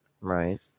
Right